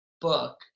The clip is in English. book